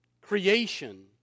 creation